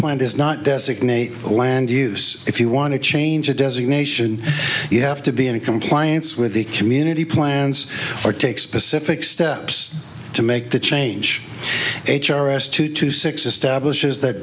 plan does not designate a land use if you want to change a designation you have to be in compliance with the community plans or take specific steps to make the change h r s two to six establishes that